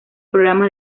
programas